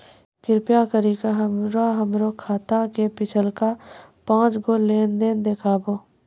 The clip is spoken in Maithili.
कृपा करि के हमरा हमरो खाता के पिछलका पांच गो लेन देन देखाबो